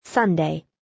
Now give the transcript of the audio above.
Sunday